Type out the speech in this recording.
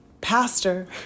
pastor